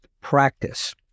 practice